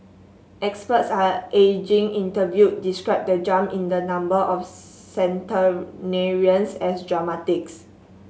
experts are ageing interviewed described the jump in the number of centenarians as dramatic